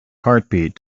heartbeat